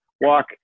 walk